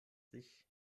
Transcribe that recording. sich